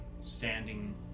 standing